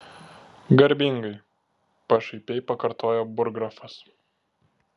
garbingai pašaipiai pakartojo burggrafas